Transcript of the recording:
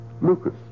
Lucas